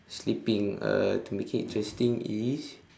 sleeping uh to make it interesting is